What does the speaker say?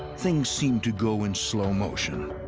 things seem to go in slow motion.